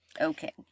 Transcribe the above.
Okay